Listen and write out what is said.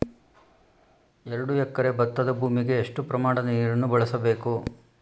ಎರಡು ಎಕರೆ ಭತ್ತದ ಭೂಮಿಗೆ ಎಷ್ಟು ಪ್ರಮಾಣದ ನೀರನ್ನು ಬಳಸಬೇಕು?